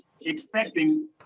expecting